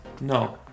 no